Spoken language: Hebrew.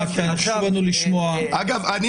אגב,